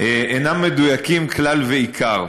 אינם מדויקים כלל ועיקר.